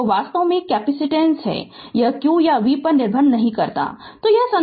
तो वास्तव में केपेसिटेस यह q या v पर निर्भर नहीं करता है